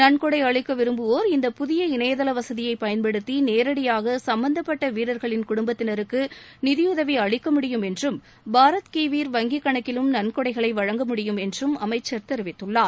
நன்கொடை அளிக்க விரும்புவோர் இந்த புதிய இணையதள வசதியை பயன்படுத்தி நேரடியாக சுப்பந்தப்பட்ட வீரர்களின் குடும்பத்தினருக்கு நிதியுதவி அளிக்க முடியும் என்றும் பாரத் கீ வீர் வங்கி கணக்கிலும் நன்கொடைகளை வழங்க முடியும் என்றும் அமைச்சா தெரிவித்துள்ளார்